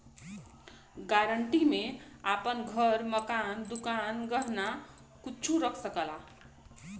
guarantee में आपन घर, मकान, दुकान, गहना कुच्छो रख सकला